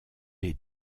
les